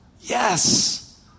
Yes